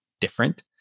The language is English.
different